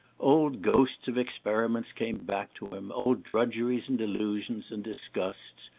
old ghosts of experiments came back to him, old drudgeries and delusions, and disgusts,